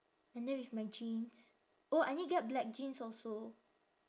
and then with my jeans oh I need get black jeans also